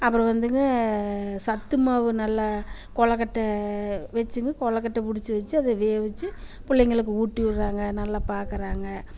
அப்புறம் வந்துங்க சத்து மாவு நல்லா கொழு கட்டை வைச்சுங்க கொழு கட்டை பிடிச்சி வைச்சு அதை வேக வச்சு பிள்ளைங்களுக்கு ஊட்டி விடுறாங்க நல்லா பார்க்கறாங்க